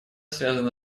связана